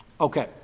Okay